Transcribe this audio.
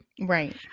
Right